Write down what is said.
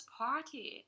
party